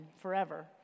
forever